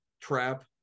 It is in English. trap